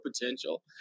potential